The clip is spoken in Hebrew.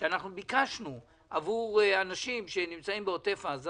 וביקשנו עבור אנשים שנמצאים בעוטף עזה